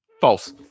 false